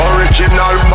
Original